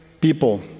people